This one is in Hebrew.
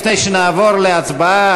לפני שנעבור להצבעה,